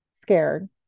scared